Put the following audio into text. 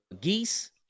Geese